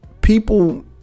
people